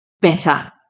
better